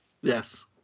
Yes